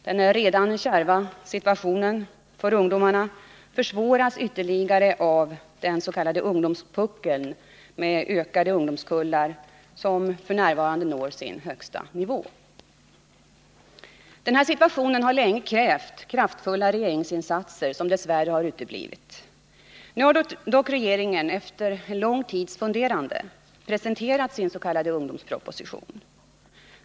Den redan kärva situationen för ungdomarna försvåras ytterligare av att den s.k. ungdomspuckeln med ökade ungdomskullar f. n. når sin högsta nivå. Den här situationen har länge krävt kraftfulla regeringsinsatser, som dess värre har uteblivit. Nu har dock regeringen efter lång tids funderande presenterat sin s.k. ungdomsproposition.